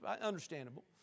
understandable